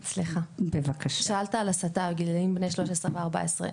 שאלת על הסתה גילאים של 13-14,